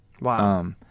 Wow